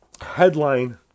Headline